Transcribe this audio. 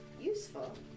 useful